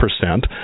percent